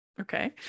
Okay